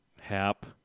Hap